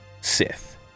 Sith